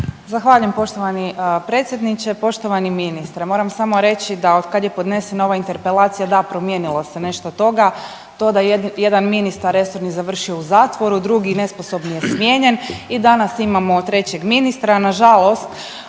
Zahvaljujem poštovani predsjedniče, poštovani ministre. Moram samo reći da otkad je podnesena ova Interpelacija, da, promijenilo se nešto toga. To da jedan ministar resorni je završio u zatvoru, drugi nesposobni je smijenjen i danas imamo trećeg ministra. Nažalost